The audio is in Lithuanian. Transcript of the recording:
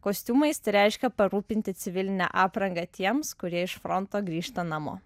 kostiumais tai reiškia parūpinti civilinę aprangą tiems kurie iš fronto grįžta namo